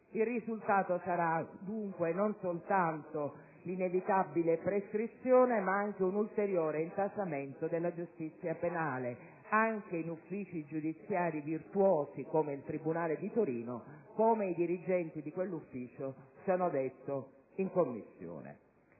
Il risultato, dunque, non sarà soltanto l'inevitabile prescrizione, ma anche un ulteriore intasamento della giustizia penale, anche in uffici giudiziari virtuosi, come il tribunale di Torino, come i dirigenti di quell'ufficio hanno evidenziato in Commissione.